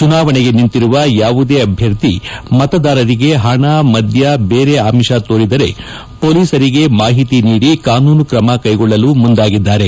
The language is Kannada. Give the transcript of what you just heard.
ಚುನಾವಣೆಗೆ ನಿಂತಿರುವ ಯಾವುದೇ ಅಭ್ಯರ್ಥಿಗಳು ಮತದಾರರಿಗೆ ಹಣ ಮಧ್ಯ ದೇರೆ ಆಮಿಷ ತೋರಿದರೆ ಹೊಲೀಸರಿಗೆ ಮಾಹಿತಿ ನಿಡಿ ಕಾನೂನು ಕ್ರಮ ಕೈಗೊಳ್ಳಲು ಮುಂದಾಗಿದ್ದಾರೆ